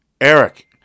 Eric